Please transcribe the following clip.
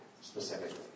specifically